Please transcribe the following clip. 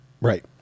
Right